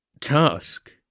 task